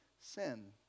sin